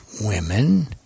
women